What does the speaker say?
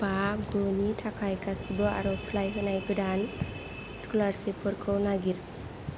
बा गुनि थाखाय गासैबो आरजलाइ होनाय गोदान स्कलारसिफ फोरखौ नागिर